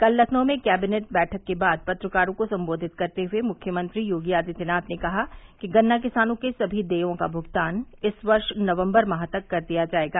कल लखनऊ में कैबिनेट बैठक के बाद पत्रकारों को संबोधित करते हए मुख्यमंत्री योगी आदित्यनाथ ने कहा कि गन्ना किसानों के सभी देयों का भूगतान इस वर्ष नवम्बर माह तक कर दिया जायेगा